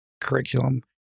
curriculum